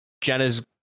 Jenna's